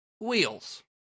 wheels